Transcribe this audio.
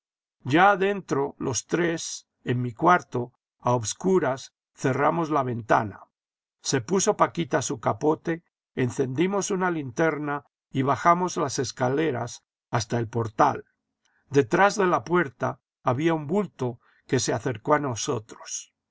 ya dentro los tres en mi cuarto a obscuras cerramos la ventana se puso paquita su capote encendimos una linterna y bajamos las escaleras hasta el portal detrás de la puerta había un bulto que se acercó a nosotros